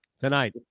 Tonight